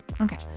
Okay